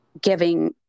giving